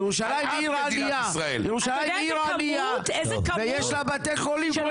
ירושלים עיר ענייה ויש לה בתי חולים כמו